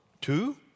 two